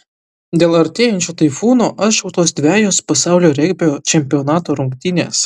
dėl artėjančio taifūno atšauktos dvejos pasaulio regbio čempionato rungtynės